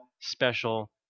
special